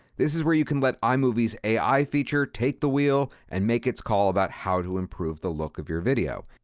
this is where you can let imovies ai feature take the wheel and make its call about how to improve the look of your video.